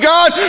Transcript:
God